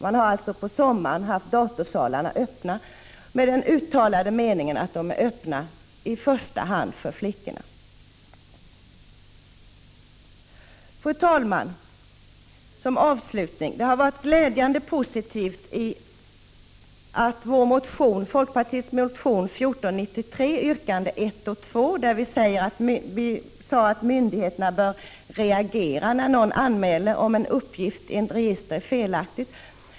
Man har alltså på sommaren haft datorstugorna öppna med den uttalade meningen att de är öppna i första hand för flickorna. Fru talman! I folkpartiets motion 1493, yrkandena 1 och 2, framhöll vi att myndigheterna bör reagera när någon anmäler om en uppgift i ett register är felaktig.